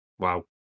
Wow